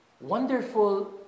wonderful